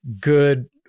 good